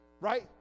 Right